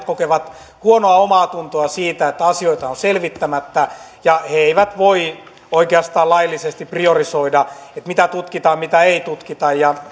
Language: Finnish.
kokevat huonoa omaatuntoa siitä että asioita on selvittämättä ja he eivät voi oikeastaan laillisesti priorisoida mitä tutkitaan mitä ei tutkita